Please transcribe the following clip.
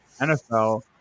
NFL